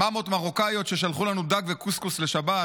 מאמות מרוקאיות ששלחו לנו דג וקוסקוס לשבת,